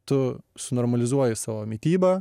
tu sunormalizuoji savo mitybą